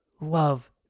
love